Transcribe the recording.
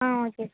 ah okay sir